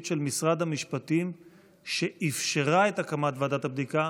של משרד המשפטים שאפשרה את הקמת ועדת הבדיקה,